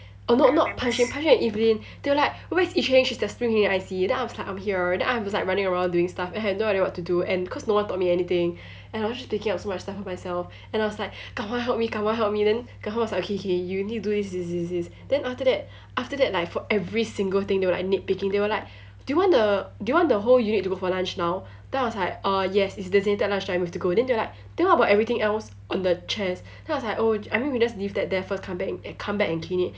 oh not not pajimam pajimam and evelyn they were like where's ee cheng she's the spring head I_C then I was like I'm here then I was like running around doing stuff and I had no idea what to do and cause no one taught me anything and I was just taking up so much stuff for myself and I was like kao haun help me kao haun help me then kao haun was like okay okay you need to do this this this then after that after that like for every single thing they were like nitpicking they were like do you want the do you want the whole unit to go for lunch now then I was like uh yes it's designated lunch time we have to go then they were like then what about everything else on the chairs then I was like oh I mean we just leave that there first come back come back and clean it